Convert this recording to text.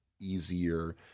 easier